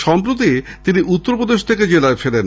সম্প্রতি সে উত্তরপ্রদেশ থেকে জেলায় ফেরে